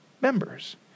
members